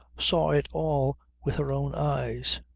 saw it all with her own eyes.